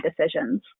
decisions